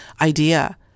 idea